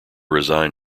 resign